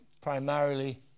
primarily